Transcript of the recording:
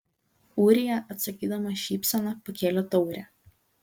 ūrija atsakydamas šypsena pakėlė taurę